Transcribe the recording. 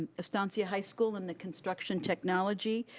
estancia high school and the construction technology.